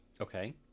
Okay